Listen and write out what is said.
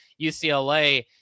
UCLA